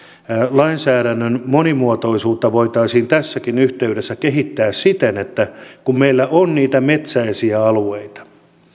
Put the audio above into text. lainsäädännön monimuotoisuutta voitaisiin tässäkin yhteydessä kehittää siten että kun meillä on niitä metsäisiä alueita